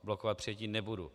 Blokovat přijetí nebudu.